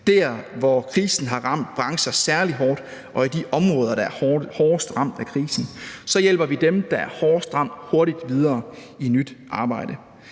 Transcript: dér, hvor krisen har ramt brancher særlig hårdt og i de områder, der er hårdest ramt af krisen. Så hjælper vi dem, der er hårdest ramt hurtigt videre i nyt arbejde.